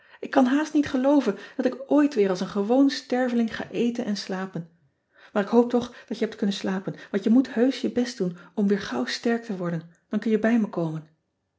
k kan haast niet gelooven dat ik ooit weer als een gewoon sterveling ga eten en slapen aar ik hoop toch dat je hebt kunnen slapen want je moet heusch je best doen om weer gauw sterk te worden dan kun je bij me komen